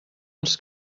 els